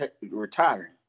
retiring